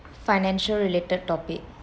financial related topic